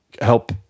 help